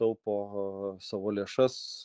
taupo savo lėšas